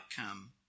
outcome